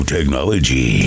Technology